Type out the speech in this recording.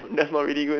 that's not really good